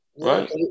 Right